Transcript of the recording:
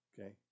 Okay